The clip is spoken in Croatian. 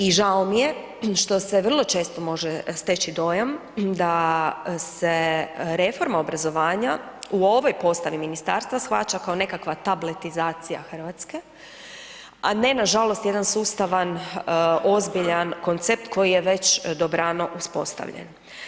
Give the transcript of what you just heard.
I žao mi je što se vrlo često može steći dojam da se reforma obrazovanja u ovoj postavi ministarstva shvaća kao nekakva tabletizacija Hrvatske, a ne nažalost jedan sustavan, ozbiljan koncept koji je već dobrano uspostavljen.